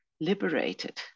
liberated